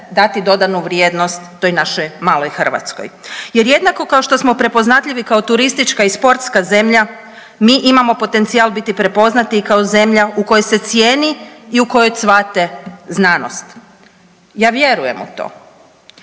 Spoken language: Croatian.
dati dodanu vrijednost toj našoj maloj Hrvatskoj. Jer jednako kao što smo prepoznatljivi kao turistička i sportska zemlja mi imamo potencijal biti prepoznati i kao zemlja u kojoj se cijeni i u kojoj cvate znanost. Ja vjerujem u to,